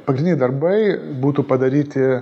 pagrindiniai darbai būtų padaryti